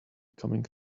coming